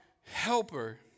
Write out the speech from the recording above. helper